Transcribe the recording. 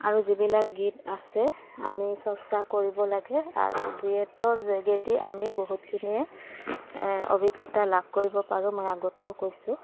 আৰু যিবিলাক গীত আছে আমি চৰ্চা কৰিব লাগে আৰু ডুৱেটৰ যোগেদি আমি বহুতখিনিয়ে অভিজ্ঞতা লাভ কৰিব পাৰোঁ মই আগতেও কৈছোঁ